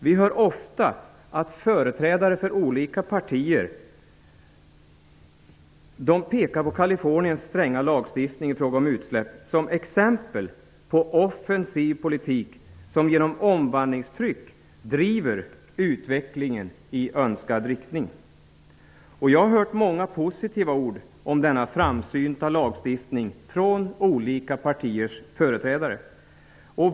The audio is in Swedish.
Vi hör ofta att företrädare för olika partier pekar på Californiens stränga lagstiftning i fråga om utsläpp som exempel på offensiv politik, som genom omvandlingstryck driver utvecklingen i önskad riktning. Jag har hört många positiva ord om denna framsynta lagstiftning från olika partiers företrädare.